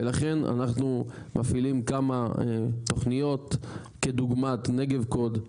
ולכן אנחנו מפעילים כמה תוכניות כדוגמת נגבקוד,